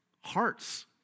hearts